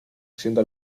siendo